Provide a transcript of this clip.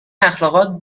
اخالقات